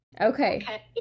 Okay